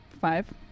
Five